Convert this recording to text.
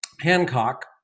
Hancock